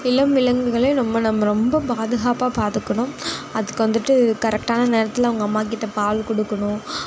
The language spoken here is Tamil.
இளம் விலங்குகளை நம்ம நம்ம ரொம்ப பாதுகாப்பாக பார்த்துக்கணும் அதுக்கு வந்துட்டு கரெக்டான நேரத்தில் அவங்க அம்மாக்கிட்ட பால் கொடுக்கணும்